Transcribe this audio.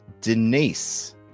denise